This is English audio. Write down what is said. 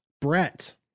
brett